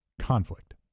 conflict